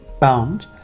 bound